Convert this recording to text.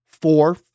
Four